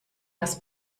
was